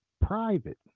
private